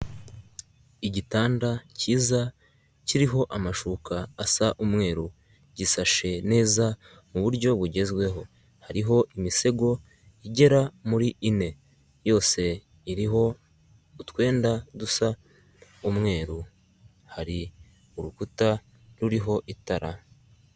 Igitanda kiza kiriho amashuka asa umweru, gisashe neza mu buryo bugezweho, hariho imisego igera muri ine, yose iriho utwenda dusa umweru, hari urukuta ruriho itara.